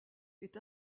est